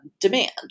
demand